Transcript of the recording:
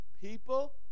People